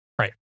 Right